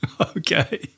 Okay